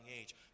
age